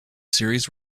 series